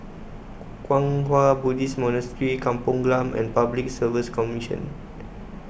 Kwang Hua Buddhist Monastery Kampong Glam and Public Service Commission